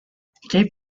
cave